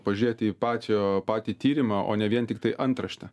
pažiūrėt į pačio patį tyrimą o ne vien tiktai antraštę